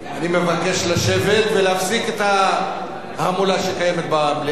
מבקש לשבת ולהפסיק את ההמולה שקיימת במליאה.